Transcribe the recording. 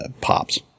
Pops